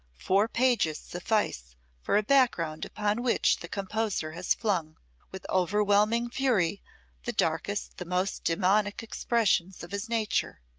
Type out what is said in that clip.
four pages suffice for a background upon which the composer has flung with overwhelming fury the darkest, the most demoniac expressions of his nature.